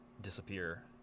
disappear